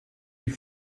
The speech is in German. die